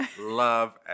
love